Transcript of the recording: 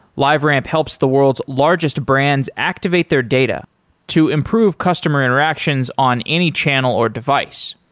liveramp helps the world's largest brands activate their data to improve customer interactions on any channel or device.